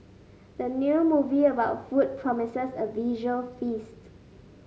the new movie about food promises a visual feast